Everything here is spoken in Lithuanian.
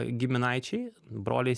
giminaičiai broliai